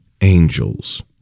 angels